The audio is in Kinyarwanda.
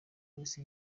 polisi